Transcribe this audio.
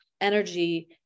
energy